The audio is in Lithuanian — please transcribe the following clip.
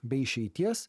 be išeities